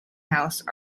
house